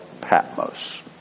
Patmos